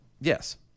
Yes